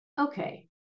okay